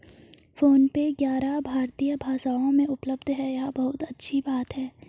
phone पे ग्यारह भारतीय भाषाओं में उपलब्ध है यह बहुत अच्छी बात है